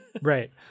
Right